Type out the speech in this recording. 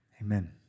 Amen